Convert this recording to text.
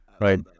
right